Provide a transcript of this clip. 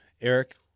Eric